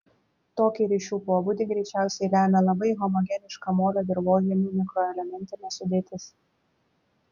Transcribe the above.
tokį ryšių pobūdį greičiausiai lemia labai homogeniška molio dirvožemių mikroelementinė sudėtis